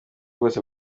bwose